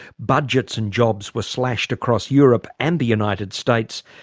budgets and jobs were slashed across europe and the united states,